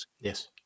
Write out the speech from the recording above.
Yes